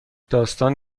داستان